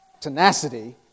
tenacity